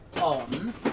on